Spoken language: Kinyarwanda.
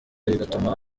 bigatuma